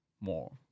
more